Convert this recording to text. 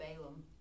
Balaam